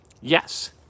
Yes